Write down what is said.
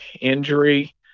injury